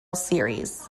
series